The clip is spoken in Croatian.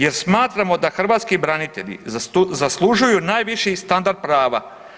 Jer smatramo da hrvatski branitelji zaslužuju najviši standard prava.